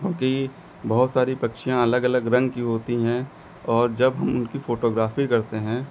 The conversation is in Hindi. बाकी बहुत सारी पक्षियाँ अलग अलग रंग की होती हैं और जब हम उनकी फ़ोटोग्राफी करते हैं